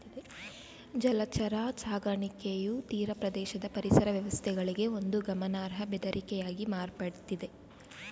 ಜಲಚರ ಸಾಕಣೆಯು ತೀರಪ್ರದೇಶದ ಪರಿಸರ ವ್ಯವಸ್ಥೆಗಳಿಗೆ ಒಂದು ಗಮನಾರ್ಹ ಬೆದರಿಕೆಯಾಗಿ ಮಾರ್ಪಡ್ತಿದೆ